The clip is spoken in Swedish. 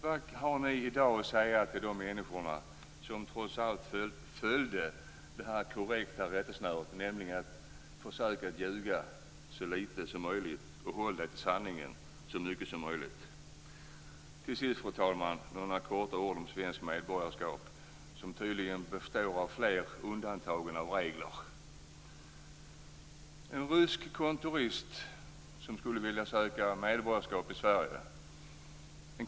Vad har ni alltså att i dag säga till de människor som trots allt följde det korrekta rättesnöret och försökte att ljuga så litet som möjligt och att hålla sig till sanningen så mycket som möjligt? Till sist, fru talman, några ord om det svenska medborgarskapet. Tydligen finns det där fler undantag än regler. Jag skall ge ett exempel. En kvinna från Ryssland vill söka medborgarskap i Sverige.